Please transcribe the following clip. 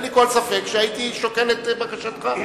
אין לי כל ספק שהייתי שוקל את בקשתך,